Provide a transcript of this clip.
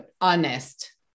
honest